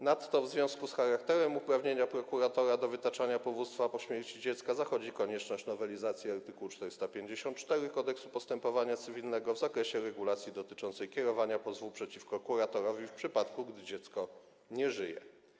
Nadto w związku z charakterem uprawnienia prokuratora do wytaczania powództwa po śmierci dziecka zachodzi konieczność nowelizacji art. 454 Kodeksu postępowania cywilnego w zakresie regulacji dotyczącej kierowania pozwu przeciwko kuratorowi w przypadku, gdy dziecko nie żyje.